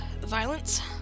violence